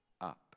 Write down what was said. up